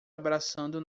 abraçando